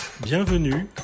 Bienvenue